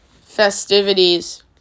festivities